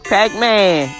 Pac-Man